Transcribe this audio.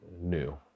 new